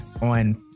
on